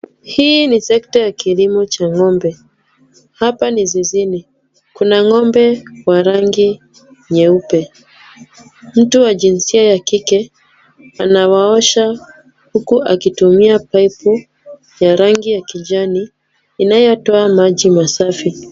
Hii ni sekta ya kilimo cha ng'ombe. Hapa ni zizini. Kuna ng'ombe wa rangi nyeupe. Mtu wa jinsia ya kike, anawaosha huku akitumia paipu ya rangi ya kijani inayotoa maji masafi.